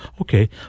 okay